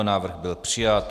Návrh byl přijat.